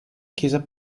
chiesa